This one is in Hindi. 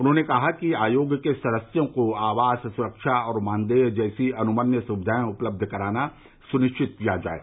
उन्होंने कहा कि आयोग के सदस्यों को आवास सुरक्षा और मानदेय जैसी अनुमन्य सुविधाएं उपलब्ध कराना सुनिश्चित किया जाये